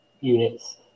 units